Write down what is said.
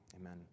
Amen